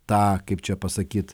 tą kaip čia pasakyt